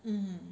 mm